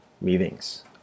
meetings